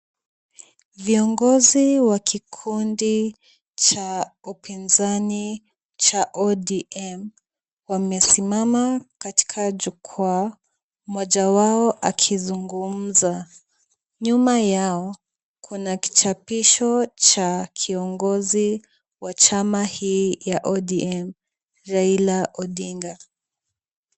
Viongozi wa kikundi cha upinzani cha ODM wamesimama katika jukwaa, mmoja wao akizungumza. Nyuma yao, kuna kichapisho cha kiongozi wa chama hii ya ODM Raila Odinga.